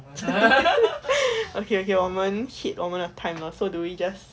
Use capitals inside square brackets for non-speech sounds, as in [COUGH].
[LAUGHS] okay okay 我们 hit 我们的 time 了 so do we just